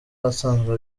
asanzwe